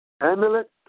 Amulet